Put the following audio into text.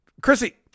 Chrissy